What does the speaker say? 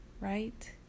right